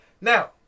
Now